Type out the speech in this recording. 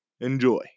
Enjoy